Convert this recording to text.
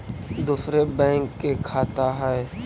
दुसरे बैंक के खाता हैं?